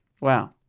wow